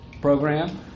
program